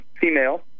female